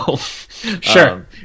Sure